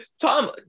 Tom